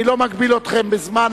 אני לא מגביל אתכם בזמן,